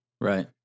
right